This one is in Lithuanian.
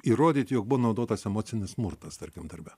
įrodyti jog buvo naudotas emocinis smurtas tarkim darbe